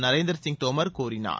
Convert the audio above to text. நரேந்திர சிய் தோமர் கூறினார்